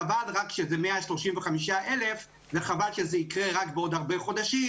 חבל רק שזה 135,000 וחבל שזה יקרה בעוד הרבה חודשים